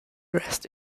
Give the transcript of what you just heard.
rest